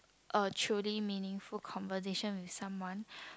a truly meaningful conversation with someone